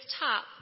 top